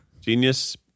Genius